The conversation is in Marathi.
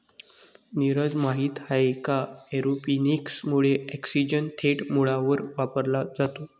नीरज, माहित आहे का एरोपोनिक्स मुळे ऑक्सिजन थेट मुळांवर वापरला जातो